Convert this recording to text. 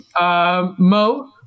Mo